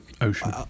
ocean